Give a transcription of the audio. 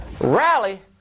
Rally